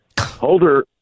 Holder